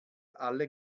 alle